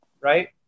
right